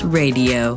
radio